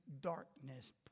darkness